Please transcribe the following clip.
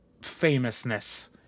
famousness